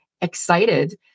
excited